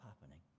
happening